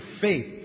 faith